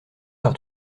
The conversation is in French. par